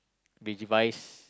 Digivice